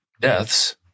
deaths